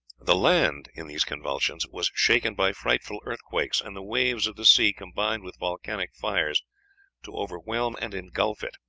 the land, in these convulsions, was shaken by frightful earthquakes, and the waves of the sea combined with volcanic fires to overwhelm and ingulf it.